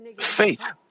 faith